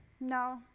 no